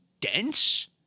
dense